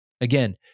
Again